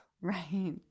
Right